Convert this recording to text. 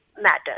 matters